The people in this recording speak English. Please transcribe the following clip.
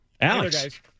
Alex